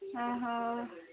ହଁ ହଉ